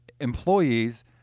employees